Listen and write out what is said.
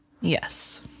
Yes